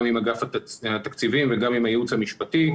גם אגף התקציבים וגם הייעוץ המשפטי.